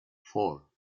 four